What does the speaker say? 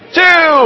two